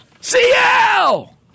CL